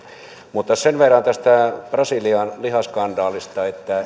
sen verran tästä brasilian lihaskandaalista että